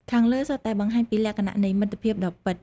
ខាងលើសុទ្ធតែបង្ហាញពីលក្ខណៈនៃមិត្តភាពដ៏ពិត។